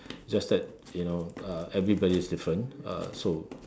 just that you know uh everybody is different uh so